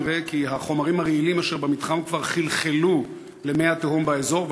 נראה כי החומרים הרעילים אשר במתחם כבר חלחלו למי התהום באזור,